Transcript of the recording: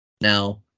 Now